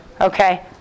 okay